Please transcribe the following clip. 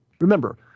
Remember